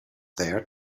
there